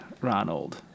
Ronald